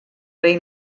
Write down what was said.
rei